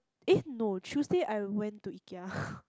eh no Tuesday I went to Ikea